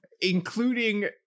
including